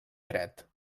dret